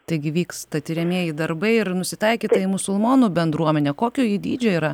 taigi vyksta tiriamieji darbai ir nusitaikyta į musulmonų bendruomenę kokio ji dydžio yra